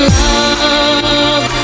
love